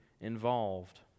involved